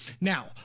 Now